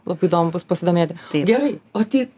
labai įdomu bus pasidomėti gerai o tai